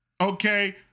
okay